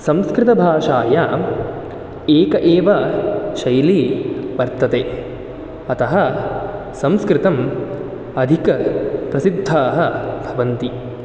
संस्कृतभाषायां एक एव शैली वर्तते अतः संस्कृतम् अधिकप्रसिद्धाः भवन्ति